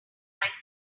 like